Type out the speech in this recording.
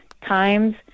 times